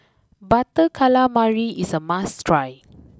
Butter Calamari is a must try